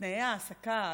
לתנאי העסקה,